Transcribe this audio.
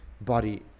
body